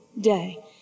day